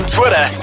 Twitter